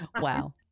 Wow